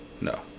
No